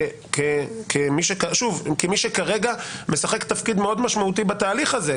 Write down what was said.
כמי שכרגע משחק תפקיד מאוד משמעותי בתהליך הזה,